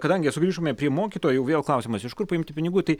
kadangi sugrįžome prie mokytojų vėl klausimas iš kur paimti pinigų tai